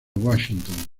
washington